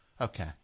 okay